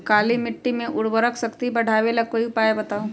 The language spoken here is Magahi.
काली मिट्टी में उर्वरक शक्ति बढ़ावे ला कोई उपाय बताउ?